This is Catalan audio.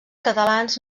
catalans